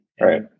Right